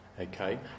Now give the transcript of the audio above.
Okay